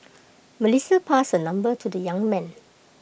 Melissa passed her number to the young man